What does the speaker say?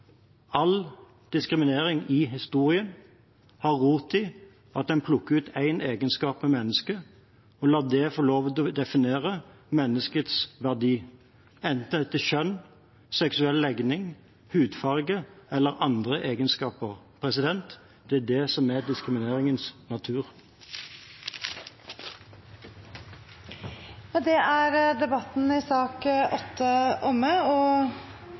All diskriminering i historien har rot i at en plukker ut én egenskap ved mennesker og lar den få lov til å definere menneskets verdi, enten det er etter kjønn, seksuell legning, hudfarge eller andre egenskaper. Det er det som er diskrimineringens natur. Med det er debatten i sak nr. 8 omme.